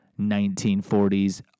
1940s